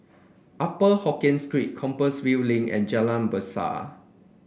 Upper Hokkien Street Compassvale Link and Jalan Resak